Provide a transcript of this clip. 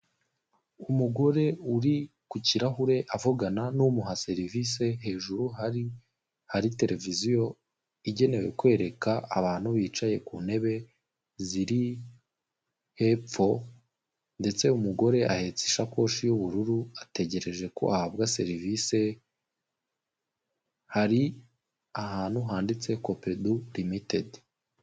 Umugore uri ku kirahure avugana n'umuha serivisi, hejuru hari televiziyo igenewe kwereka abantu bicaye ku ntebe ziri hepfo ndetse umugore ahetse ishakoshi y'ubururu ategereje ko ahabwa serivise hari ahantu handitse kopedu limitedi.